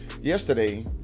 yesterday